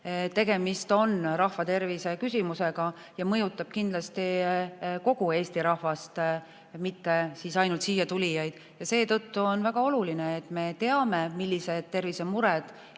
Tegemist on rahvatervise küsimusega, see mõjutab kindlasti kogu Eesti rahvast, mitte ainult siia tulijaid. On väga oluline, et me teame, millised tervisemured